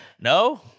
No